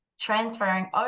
transferring